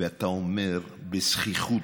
ואתה אומר בזחיחות: